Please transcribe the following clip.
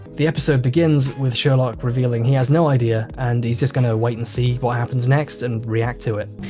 the episode begins with sherlock revealing he has no idea and he's just going to wait and see what happens next and react to it.